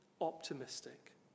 optimistic